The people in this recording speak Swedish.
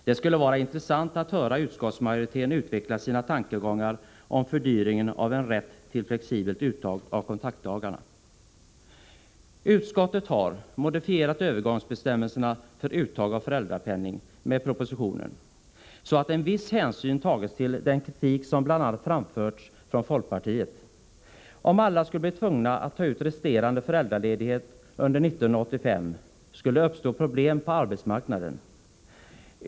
Det skulle var intressant att höra utskottsmajoriteten utveckla sina tankegångar om fördyringen av en rätt till flexibelt uttag av kontaktdagarna. Utskottet har modifierat övergångsbestämmelserna för uttag av föräldrapenning jämfört med propositionen. Man har tagit viss hänsyn till den kritik som bl.a. folkpartiet har framfört. Om alla blev tvungna att ta ut resterande föräldraledighet under 1985 skulle det uppstå problem på arbetsmarknaden.